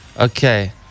okay